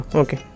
okay